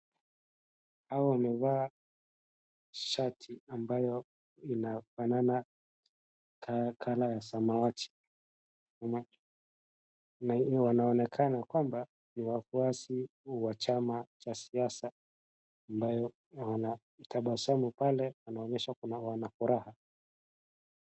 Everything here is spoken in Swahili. Hao wamevaa shati ambayo inafanana colour ya samawati. Na wanaonekana kwamba ni wafuasi wa chama cha siasa ambayo wanatabasamu pale wanaonyesha wana furaha.